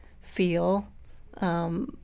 feel